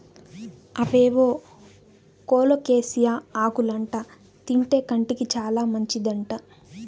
అవేవో కోలోకేసియా ఆకులంట తింటే కంటికి చాలా మంచిదంట